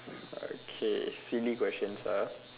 okay silly questions ah